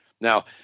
Now